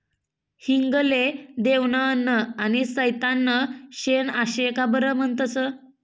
हिंग ले देवनं अन्न आनी सैताननं शेन आशे का बरं म्हनतंस?